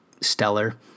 stellar